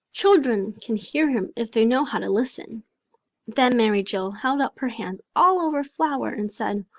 children can hear him if they know how to listen then mary joe held up her hands all over flour and said,